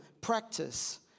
practice